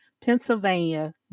Pennsylvania